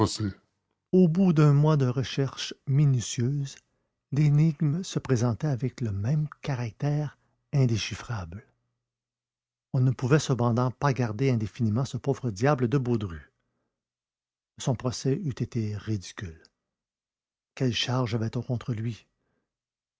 au bout d'un mois de recherches minutieuses l'énigme se présentait avec le même caractère indéchiffrable on ne pouvait cependant pas garder indéfiniment ce pauvre diable de baudru son procès eût été ridicule quelles charges avait-on contre lui